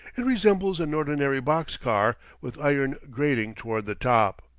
it resembles an ordinary box-car, with iron grating toward the top.